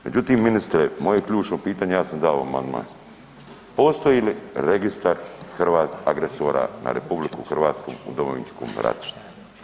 Međutim ministre, moje ključno pitanje, ja sam dao amandman, postoji li registar agresora na RH u Domovinskom ratu?